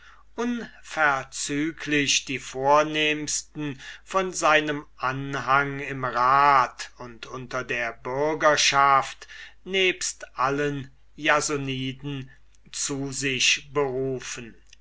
die vornehmsten von seinem anhang im rat und unter der bürgerschaft nebst allen jasoniden zu sich berufen